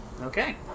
Okay